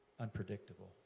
Unpredictable